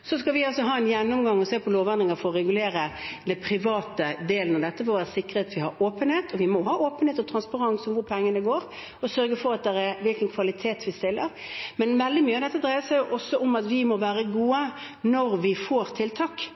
for å regulere den private delen av dette, for å være sikre på at vi har åpenhet – vi må ha åpenhet og transparens omkring hvor pengene går – og sørge for kvalitet. Men veldig mye av dette dreier seg også om at vi må være gode når vi får tiltak,